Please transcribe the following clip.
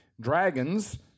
Dragons